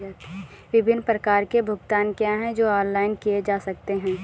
विभिन्न प्रकार के भुगतान क्या हैं जो ऑनलाइन किए जा सकते हैं?